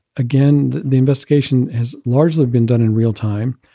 again, the investigation has largely been done in real time,